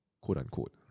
quote-unquote